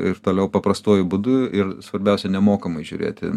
ir toliau paprastuoju būdu ir svarbiausia nemokamai žiūrėti